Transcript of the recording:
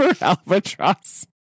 albatross